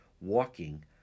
walking